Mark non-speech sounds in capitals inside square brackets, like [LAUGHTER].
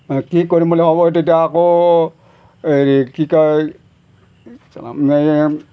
কি কৰিম বুলি ভাবোঁ এইটো এতিয়া আকৌ হেৰি কি কয় [UNINTELLIGIBLE]